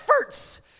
efforts